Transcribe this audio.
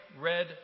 red